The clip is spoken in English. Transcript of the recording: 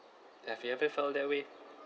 have you ever felt that way